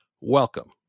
Welcome